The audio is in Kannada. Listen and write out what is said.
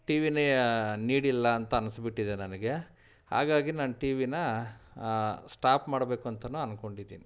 ಟಿ ವಿನೇ ನೀಡಿಲ್ಲ ಅಂತ ಅನ್ಸ್ಬಿಟ್ಟಿದೆ ನನಗೆ ಹಾಗಾಗಿ ನಾನು ಟಿ ವಿನ ಸ್ಟಾಪ್ ಮಾಡಬೇಕು ಅಂತನೂ ಅನ್ಕೊಂಡಿದೀನಿ